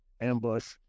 ambush